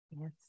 Yes